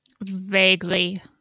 Vaguely